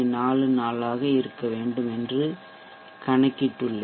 44 ஆக இருக்க வேண்டும் என்று கணக்கிட்டுள்ளேன்